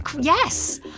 yes